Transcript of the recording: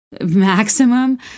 maximum